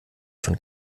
von